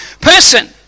person